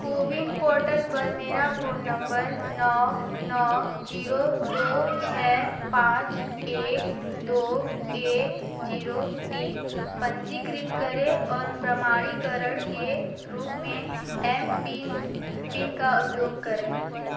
CoWIN portal पर मेरा phone number नौ नौ ज़ीरो दो छः पाँच एक दो एक ज़ीरो तीन पंजीकृत करें और प्रमाणीकरण के रूप में एम पिन पिन का उपयोग करें